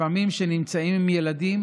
לפעמים, כשנמצאים עם ילדים,